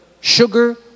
sugar